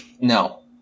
No